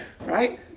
right